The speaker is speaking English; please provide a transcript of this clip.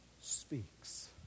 speaks